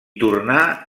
tornà